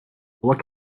what